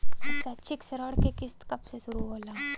शैक्षिक ऋण क किस्त कब से शुरू होला?